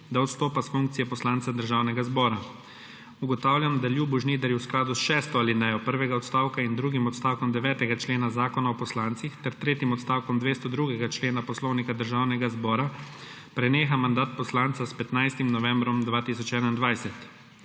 da odstopa s funkcije poslanca Državnega zbora. Ugotavljam, da Ljubu Žnidarju v skladu s šesto alinejo prvega odstavka in drugim odstavkom 9. člena Zakona o poslancih ter tretjim odstavkom 202. člena Poslovnika Državnega zbora preneha mandat poslanca s 15. novembrom 2021.